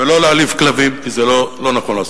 ולא להעליב כלבים, כי זה לא נכון לעשות.